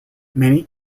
many